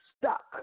stuck